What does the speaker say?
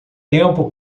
tempo